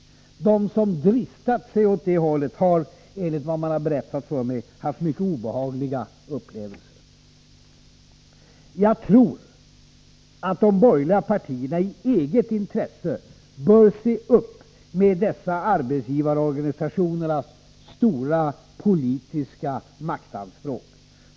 De som dristat sig åt det hållet har, enligt vad som berättats för mig, haft mycket obehagliga upplevelser. Jag tror att de borgerliga partierna i eget intresse bör se upp med dessa arbetsgivarorganisationernas stora politiska maktanspråk.